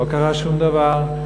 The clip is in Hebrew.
לא קרה שום דבר.